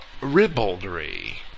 ribaldry